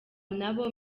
nabo